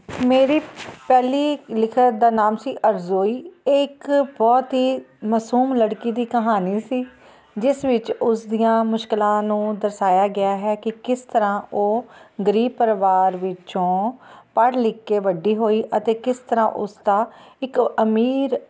ਮੇਰੀ ਪਹਿਲੀ ਲਿਖਤ ਦਾ ਨਾਮ ਸੀ ਅਰਜੋਈ ਇਹ ਇੱਕ ਬਹੁਤ ਹੀ ਮਾਸੂਮ ਲੜਕੀ ਦੀ ਕਹਾਣੀ ਸੀ ਜਿਸ ਵਿੱਚ ਉਸਦੀਆਂ ਮੁਸ਼ਕਲਾਂ ਨੂੰ ਦਰਸਾਇਆ ਗਿਆ ਹੈ ਕਿ ਕਿਸ ਤਰ੍ਹਾਂ ਉਹ ਗਰੀਬ ਪਰਿਵਾਰ ਵਿੱਚੋਂ ਪੜ੍ਹ ਲਿਖ ਕੇ ਵੱਡੀ ਹੋਈ ਅਤੇ ਕਿਸ ਤਰ੍ਹਾਂ ਉਸ ਦਾ ਇੱਕ ਅਮੀਰ